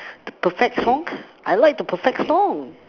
the perfect song I like the perfect song